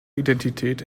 identität